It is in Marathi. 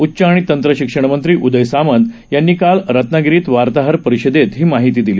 उच्च आणि तंत्रशिक्षण मंत्री उदय सामंत यांनी काल रत्नागिरीत वार्ताहर परिषदेत ही माहिती दिली